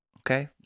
Okay